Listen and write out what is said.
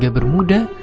yeah bermuda